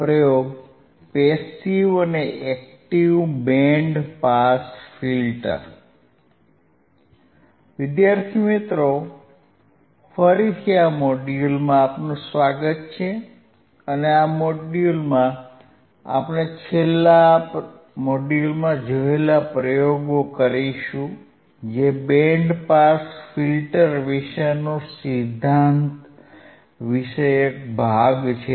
પ્રયોગ પેસીવ અને active band pass filter હવે ફરીથી આ મોડ્યુલમાં આપનું સ્વાગત છે અને આ મોડ્યુલમાં આપણે છેલ્લા મોડ્યુલમાં જોયેલા પ્રયોગો કરીશું જે બેન્ડ પાસ ફિલ્ટર વિશેનો સિદ્ધાંત વિષયક ભાગ છે